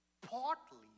partly